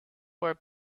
were